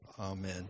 Amen